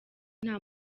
nta